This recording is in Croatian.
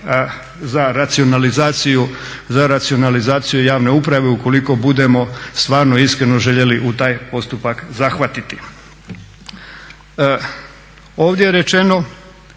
za racionalizaciju javne uprave ukoliko budemo stvarno iskreno željeli u taj postupak zahvatiti.